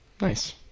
nice